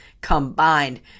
combined